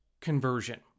conversion